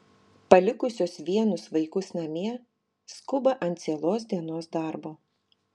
palikusios vienus vaikus namie skuba ant cielos dienos darbo